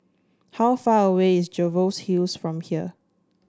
how far away is Jervois Hills from here